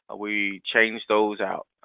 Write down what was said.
ah we change those out.